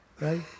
Right